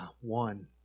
one